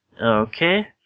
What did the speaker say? Okay